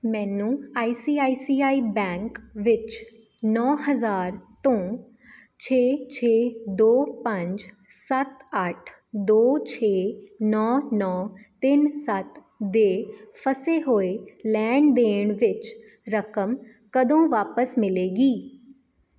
ਮੈਨੂੰ I C I C I bank ਵਿੱਚ ਨੌ ਹਜ਼ਾਰ ਤੋਂ ਛੇ ਛੇ ਦੋ ਪੰਜ ਸੱਤ ਅੱਠ ਦੋ ਛੇ ਨੌ ਨੌ ਤਿੰਨ ਸੱਤ ਦੇ ਫਸੇ ਹੋਏ ਲੈਣ ਦੇਣ ਵਿੱਚ ਰਕਮ ਕਦੋਂ ਵਾਪਸ ਮਿਲੇਗੀ